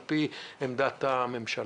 על פי עמדת הממשלה.